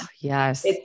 Yes